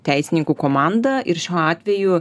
teisininkų komandą ir šiuo atveju